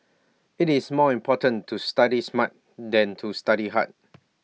IT is more important to study smart than to study hard